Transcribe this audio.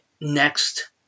next